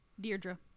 Deirdre